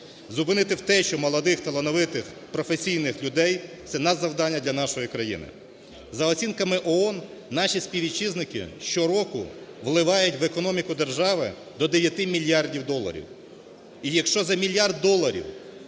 Зупинити те, що молодих, талановитих, професійних людей – ценадзавдання для нашої країни. За оцінками ООН наші співвітчизники щороку вливають в економіку держави до 9 мільярдів доларів. І якщо за мільярд доларів